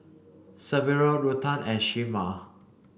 Severo Ruthann and Shemar